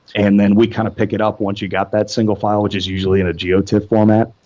and then we kind of pick it up once you got that single file, which is usually in geotiff format,